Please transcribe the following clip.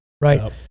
right